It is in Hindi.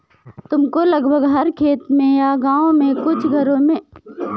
तुमको लगभग हर खेत में या गाँव के कुछ घरों में पिचफोर्क देखने को मिल जाएगा